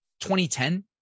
2010